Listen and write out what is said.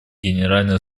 генеральной